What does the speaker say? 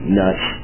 nuts